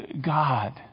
God